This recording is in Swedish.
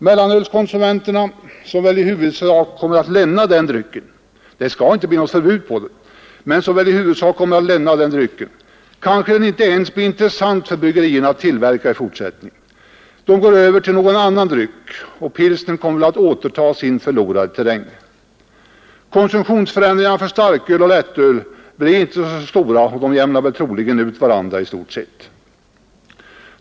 Mellanölskonsumenterna kommer väl i huvudsak att lämna den drycken — det skall inte bli något förbud på den men kanske den inte ens blir intressant för bryggerierna att tillverka i fortsättningen — och gå över till någon annan dryck, och pilsner kommer väl att återta sin förlorade terräng. Konsumtionsförändringarna för starköl och lättöl blir inte så stora och jämnar väl troligen ut varandra i stort sett.